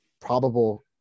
probable